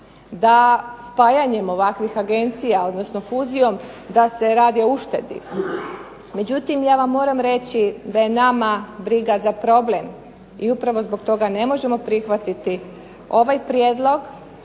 DA spajanjem ovakvih Agencija, odnosno fuzijom da se radi o uštedi, međutim, ja vam moram reći da je nama briga za problem, i upravo zbog toga ne možemo prihvatiti ovaj prijedlog